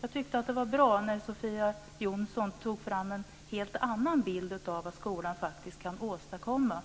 Jag tyckte att det var bra när Sofia Jonsson tog fram en helt annan bild av vad skolan faktiskt kan åstadkomma,